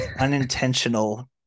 unintentional